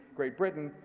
great britain,